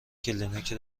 کلینیک